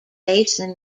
basin